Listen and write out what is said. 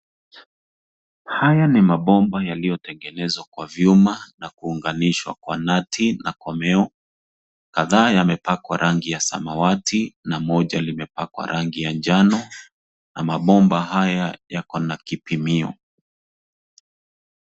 Haya ni mabomba yaliyotengenezwa kwa vyuma na kuunganishwa kwa nati na komeo. Kadhaa yamepakwa rangi ya samawati na moja limepakwa rangi ya njano na mabomba haya yako na kipimio.